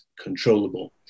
controllable